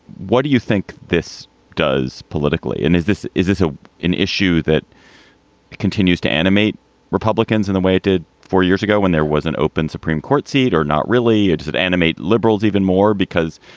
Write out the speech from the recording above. what do you think this does politically? and is this is this ah an issue that continues to animate republicans in the way it did four years ago when there was an open supreme court seat or not? really? does that animate liberals even more? because,